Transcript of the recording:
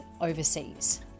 overseas